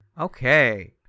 Okay